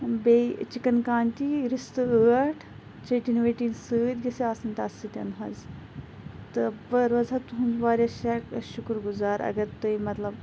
بیٚیہِ چِکَن کانتی رِستہٕ ٲٹھ ژیٚٹِنۍ ویٚٹِنۍ سۭتۍ گژھِ آسٕنۍ تَتھ سۭتۍ حظ تہٕ بہٕ روزٕہا تُہُنٛد واریاہ شہ شُکُر گُزار اگر تُہۍ مطلب